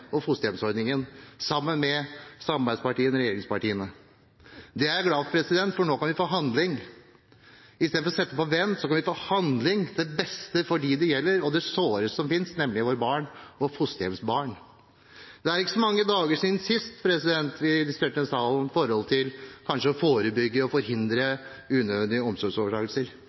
og fosterhjemsordningen – sammen med regjeringspartiene. Det er jeg glad for, for nå kan vi få handling. I stedet for å sette ting på vent kan vi få handling – til det beste for dem det gjelder, og det såreste som finnes, nemlig våre fosterhjemsbarn. Det er ikke så mange dager siden sist vi diskuterte i denne salen hvordan man skal kunne forebygge og forhindre unødige